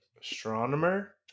Astronomer